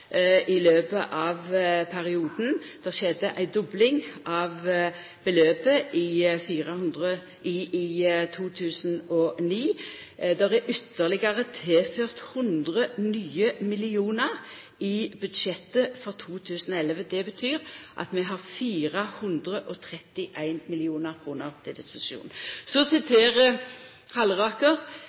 løpet av perioden. Det skjedde ei dobling av beløpet i 2009. Det er ytterlegare tilført 100 nye millionar i budsjettet for 2011. Det betyr at vi har 431 mill. kr til disposisjon. Så siterer Halleraker